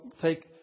take